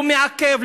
הוא מעכב,